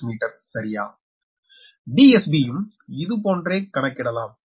0406 metre சரியா DSB யும் இதுபோன்றே கணக்கிடலாம்